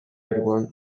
жүргөнүн